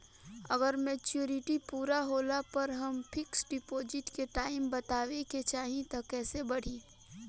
अगर मेचूरिटि पूरा होला पर हम फिक्स डिपॉज़िट के टाइम बढ़ावे के चाहिए त कैसे बढ़ी?